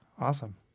Awesome